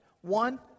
One